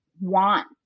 want